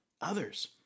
others